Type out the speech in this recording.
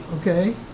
Okay